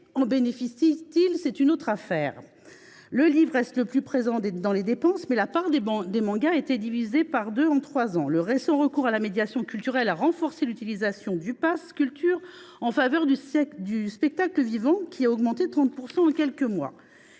en bénéficient ils ? C’est une autre affaire… Le livre reste le plus présent dans les dépenses, et la part des mangas a été divisée par deux en trois ans. Le récent recours à la médiation culturelle a renforcé l’utilisation du pass Culture en faveur du spectacle vivant, dont la fréquentation a augmenté de 30 % en quelques mois.